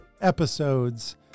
episodes